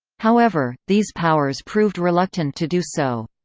however, these powers proved reluctant to do so.